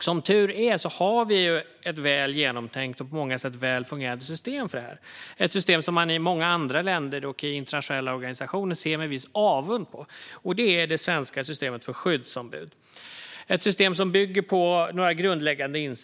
Som tur är har vi ett väl genomtänkt och på många sätt väl fungerande system för detta, som man i många andra länder och i internationella organisationer ser med viss avund på. Det är det svenska systemet för skyddsombud, ett system som bygger på några grundläggande insikter.